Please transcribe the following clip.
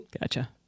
Gotcha